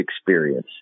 experience